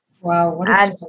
Wow